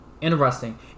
interesting